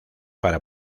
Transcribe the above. para